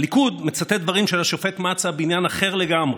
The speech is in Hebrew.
הליכוד מצטט דברים של השופט מצא בעניין אחר לגמרי,